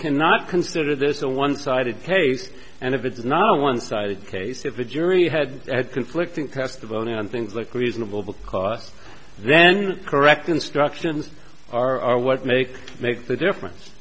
cannot consider this a one sided case and if it is not one sided case if a jury had conflicting testimony on things like reasonable cost then correct instructions are what make makes a difference